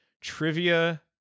Trivia